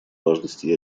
важности